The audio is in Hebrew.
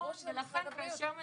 ברור שזה יהיה במשרד הבריאות.